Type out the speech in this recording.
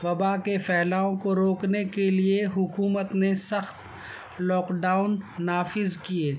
وبا کے پھیلاؤں کو روکنے کے لیے حکومت نے سخت لاک ڈاؤن نافذ کیے